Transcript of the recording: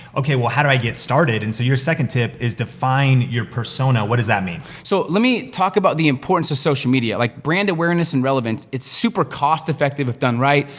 okay, well, how do i get started? and so, your second tip is to find your persona. what does that mean? so, let me talk about the importance of social media. like, brand awareness, and relevance, it's super cost effective if done right.